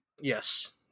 Yes